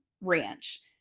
ranch